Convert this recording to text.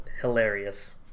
hilarious